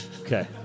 Okay